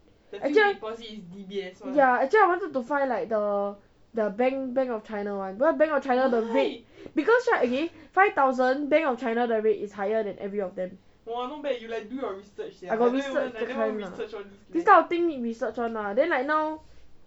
actually I ya actually I wanted to find like the the bank bank of china [one] because bank of china the rate because right okay five thousand bank of china the rate is higher than every of them this kind of thing need research [one] lah then like now